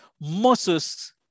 Moses